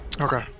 okay